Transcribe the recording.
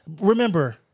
remember